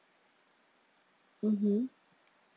mmhmm